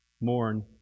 mourn